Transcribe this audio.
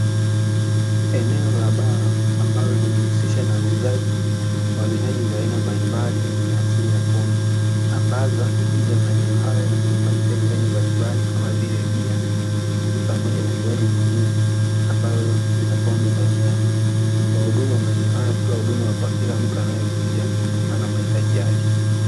Eneo la baa, ambalo linajihusisha na uuzaji wa vinywaji vya aina mbalimbali yenye asili ya pombe. Ambavyo watu huja maeneo haya na kujipatia vinywaji mbalimbali kama vile bia, pamoja na vinywaji vingine ambavyo vina pombe ndani yake. Wahudumu wa maeneo haya hutoa huduma kwa kila mtu anaye kuja, kutokana na mahitaji yake.